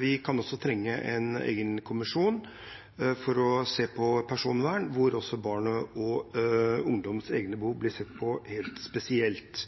Vi kan også trenge en egen kommisjon for å se på personvern, hvor barn og ungdoms egne behov blir sett på helt spesielt.